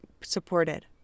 supported